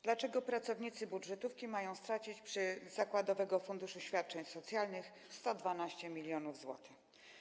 Dlaczego pracownicy budżetówki mają stracić z zakładowego funduszu świadczeń socjalnych 112 mln zł?